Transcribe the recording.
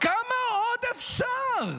כמה עוד אפשר?